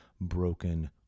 broken